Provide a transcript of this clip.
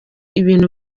ibintu